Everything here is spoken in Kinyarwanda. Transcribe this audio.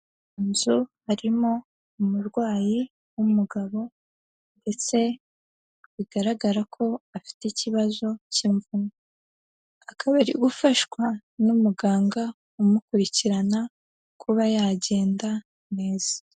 Inzu harimo umurwayi w'umugabo ndetse bigaragara ko afite ikibazo cy'imvunu, akaba ari gufashwa n'umuganga umukurikirana kuba yagenda neza.